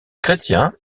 chrétiens